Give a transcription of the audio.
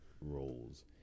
roles